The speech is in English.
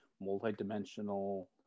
multi-dimensional